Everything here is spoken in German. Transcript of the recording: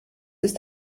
ist